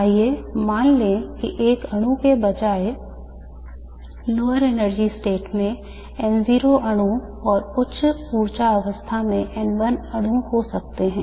आइए मान लें कि एक अणु के बजाय lower energy state में N0 अणु और उच्च ऊर्जा अवस्था में N1 अणु हो सकते हैं